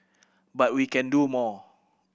but we can do more